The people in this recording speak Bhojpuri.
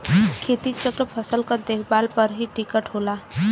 खेती चक्र फसल क देखभाल पर ही टिकल होला